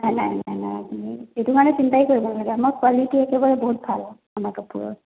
নাই নাই নাই নাই আপুনি এইটো মানে চিন্তাই কৰিব নালাগে আমাৰ কোৱালিটি একেবাৰে বহুত ভাল আমাৰ কাপোৰৰ